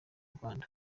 rwanda